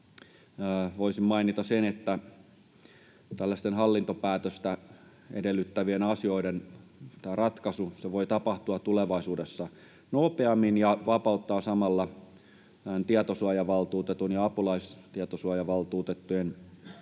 voisin mainita sen, että tällaisten hallintopäätöstä edellyttävien asioiden ratkaisu voi tapahtua tulevaisuudessa nopeammin ja vapauttaa samalla tietosuojavaltuutetun ja apulaistietosuojavaltuutettujen resursseja